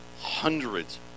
hundreds